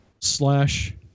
slash